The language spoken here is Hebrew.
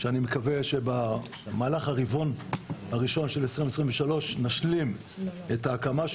שאני מקווה שבמהלך הרבעון הראשון של 2023 נשלים את הקמתן.